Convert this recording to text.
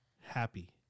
Happy